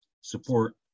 support